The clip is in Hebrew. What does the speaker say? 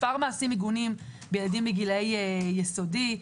מספר מעשים מגונים בילדים בגילאי יסודי,